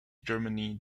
germany